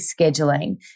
Scheduling